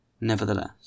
Nevertheless